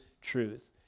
truth